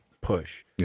push